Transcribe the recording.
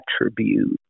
attribute